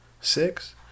Six